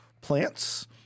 plants